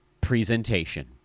presentation